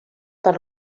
per